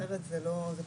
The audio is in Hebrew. אחרת זה פוגע.